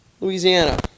Louisiana